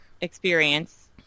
experience